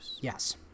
Yes